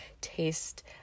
taste